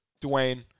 Dwayne